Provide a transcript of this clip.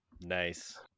Nice